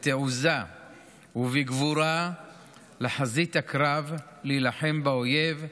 בתעוזה ובגבורה לחזית הקרב להילחם באויב,